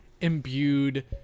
imbued